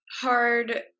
hard